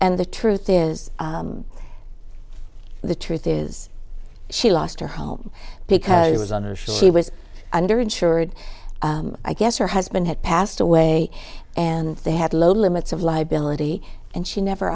and the truth is the truth is she lost her home because she was on or she was under insured i guess her husband had passed away and they had low limits of liability and she never